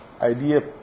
idea